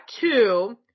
two